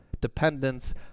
dependence